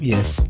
Yes